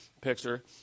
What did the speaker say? picture